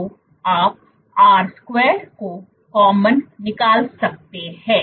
तो आप R2 को कामन निकाल सकते हैं